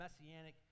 messianic